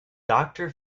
doctor